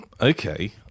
Okay